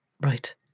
Right